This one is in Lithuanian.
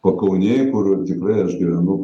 pakaunėj kur tikrai aš gyvenu